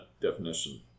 definition